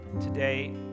today